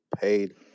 paid